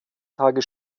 tage